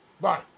Bye